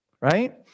Right